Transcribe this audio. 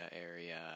area